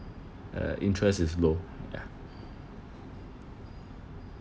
uh interest is low ya